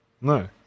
No